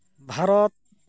Bharat